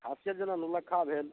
खासियत जेना नओलखा भेल